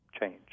change